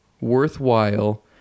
worthwhile